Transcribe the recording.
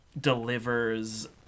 delivers